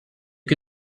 que